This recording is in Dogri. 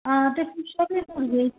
हां ते पुच्छो फिर औंदे गै